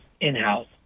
in-house